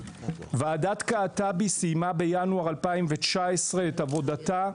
ועדת קעטבי סיימה בינואר 2019 את עבודתה.